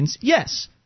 yes